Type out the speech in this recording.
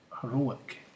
heroic